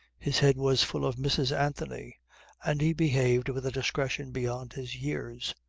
his head was full of mrs. anthony and he behaved with a discretion beyond his years.